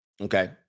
Okay